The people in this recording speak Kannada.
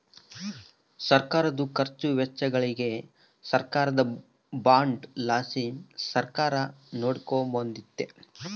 ಸರ್ಕಾರುದ ಖರ್ಚು ವೆಚ್ಚಗಳಿಚ್ಚೆಲಿ ಸರ್ಕಾರದ ಬಾಂಡ್ ಲಾಸಿ ಸರ್ಕಾರ ನೋಡಿಕೆಂಬಕತ್ತತೆ